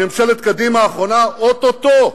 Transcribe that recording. בממשלת קדימה האחרונה, או-טו-טו.